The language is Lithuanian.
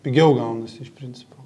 pigiau gaunasi iš principo